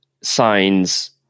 signs